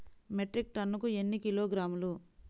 Metric టన్నుకు ఎన్ని కిలోగ్రాములు?